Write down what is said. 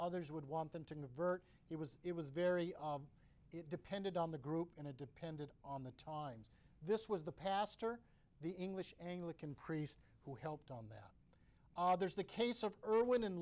others would want them to convert he was it was very it depended on the group and it depended on the times this was the pastor the english anglican priest who helped on that ah there's the case of irwin